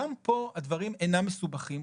גם פה הדברים אינם מסובכים.